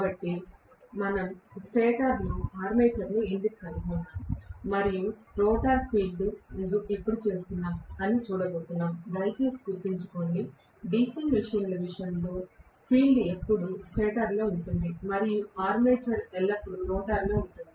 కాబట్టి మనం స్టేటర్లో ఆర్మేచర్ను ఎందుకు కలిగి ఉన్నాము మరియు రోటర్ను ఫీల్డింగ్ చేస్తున్నాం అని చూడబోతున్నాం దయచేసి గుర్తుంచుకోండి DC మెషీన్ విషయంలో ఫీల్డ్ ఎల్లప్పుడూ స్టేటర్లో ఉంటుంది మరియు ఆర్మేచర్ ఎల్లప్పుడూ రోటర్లో ఉంటుంది